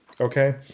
Okay